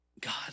God